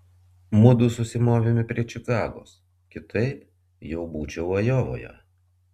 mudu susimovėme prie čikagos kitaip jau būčiau ajovoje